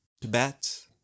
Tibet